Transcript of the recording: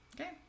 Okay